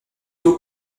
tôt